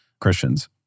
Christians